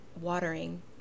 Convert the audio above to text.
watering